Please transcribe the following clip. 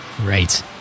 Right